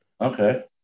Okay